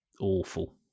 awful